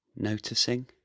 Noticing